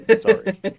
Sorry